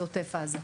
בעוטף עזה.